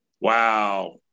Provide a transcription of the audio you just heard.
wow